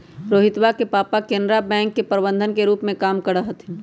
रोहितवा के पापा केनरा बैंक के प्रबंधक के रूप में काम करा हथिन